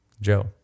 Joe